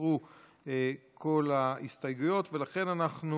הוסרו כל ההסתייגויות, ולכן אנחנו